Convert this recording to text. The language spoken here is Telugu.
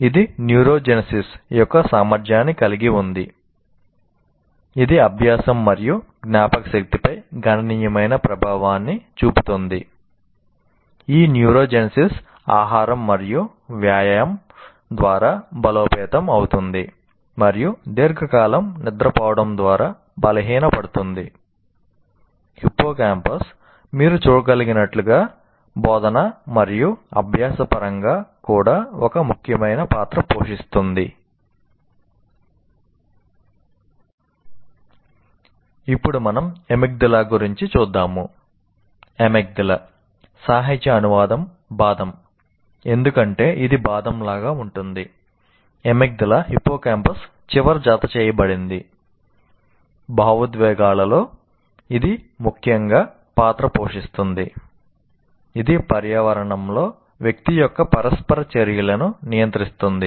ఇది న్యూరోజెనిసిస్ మీరు చూడగలిగినట్లుగా బోధన మరియు అభ్యాస పరంగా కూడా ఒక ముఖ్యమైన పాత్ర పోషిస్తుంది